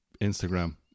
Instagram